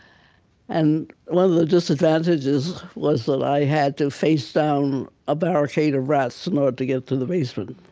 and one of the disadvantages was that i had to face down a barricade of rats in order to get to the basement